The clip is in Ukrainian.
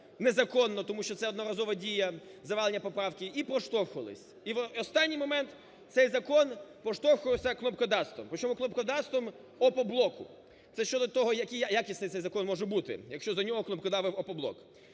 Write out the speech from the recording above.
незаконно, тому що це одноразова дія – завалення поправки – і проштовхувались. І в останній момент цей закон проштовхувався кнопкодавством. Причому кнопкодавством "Опоблоку". Це щодо того, який якісний цей закон може бути, якщо за нього кнопкодавив "Опоблок".